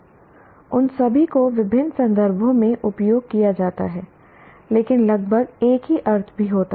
उन सभी को विभिन्न संदर्भों में उपयोग किया जाता है लेकिन लगभग एक ही अर्थ भी होता है